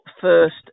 first